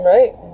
Right